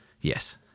Yes